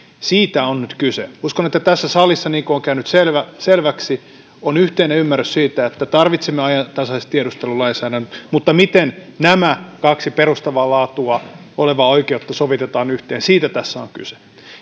on nyt kyse uskon että tässä salissa niin kuin on käynyt selväksi on yhteinen ymmärrys siitä että tarvitsemme ajantasaisen tiedustelulainsäädännön mutta miten nämä kaksi perustavaa laatua olevaa oikeutta sovitetaan yhteen siitä tässä on kyse